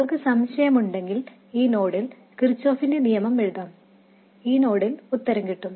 നിങ്ങൾക്ക് സംശയമുണ്ടെങ്കിൽ ഈ നോഡിൽ കിർചോഫിന്റെ നിലവിലെ നിയമം എഴുതാം ഈ നോഡിൽ ഉത്തരം കിട്ടും